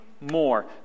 more